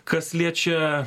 kas liečia